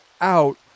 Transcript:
out